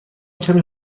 کمی